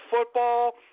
football